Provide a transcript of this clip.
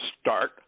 start